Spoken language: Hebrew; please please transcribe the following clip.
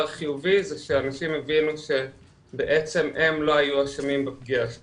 החיובי זה שאני שם הבינו שבעצם הם לא היו אשמים בפגיעה שלהם,